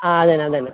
ആ അതന്നെ അതന്നെ